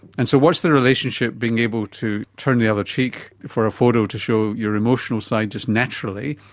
and so what is the relationship, being able to turn the other cheek for a photo to show your emotional side just naturally,